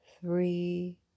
three